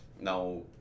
now